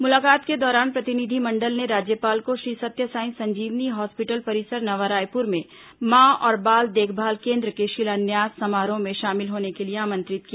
मुलाकात के दौरान प्रतिनिधिमंडल ने राज्यपाल को श्री सत्य सांई संजीवनी हॉस्पिटल परिसर नवा रायपुर में मां और बाल देखभाल केन्द्र के शिलान्यास समारोह में शामिल होने के लिए आमंत्रित किया